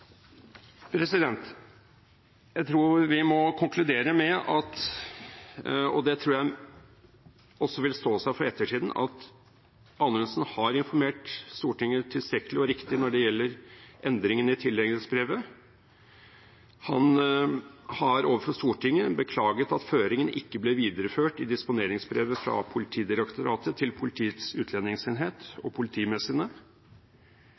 Jeg tror vi må konkludere med – og det tror jeg også vil stå seg for ettertiden – at Anundsen har informert Stortinget tilstrekkelig og riktig når det gjelder endringene i tildelingsbrevet. Han har overfor Stortinget beklaget at føringen ikke ble videreført i disponeringsbrevet fra Politidirektoratet til Politiets utlendingsenhet og